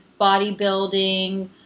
bodybuilding